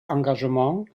engagement